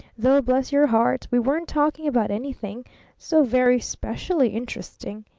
though, bless your heart, we weren't talking about anything so very specially interesting,